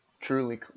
truly